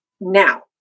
now